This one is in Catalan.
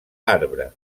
arbre